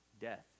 death